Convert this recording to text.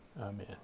Amen